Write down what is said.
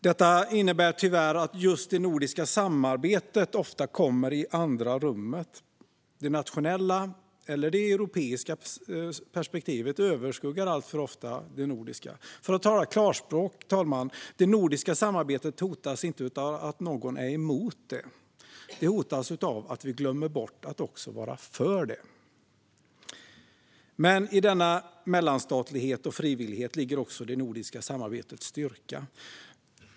Detta innebär tyvärr att just det nordiska samarbetet ofta kommer i andra rummet. Det nationella eller det europeiska perspektivet överskuggar alltför ofta det nordiska. För att tala klarspråk, fru talman: Det nordiska samarbetet hotas inte av att någon är emot det. Det hotas av att vi glömmer bort att också vara för det. Men i denna mellanstatlighet och frivillighet ligger också det nordiska samarbetets styrka.